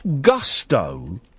gusto